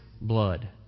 blood